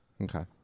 Okay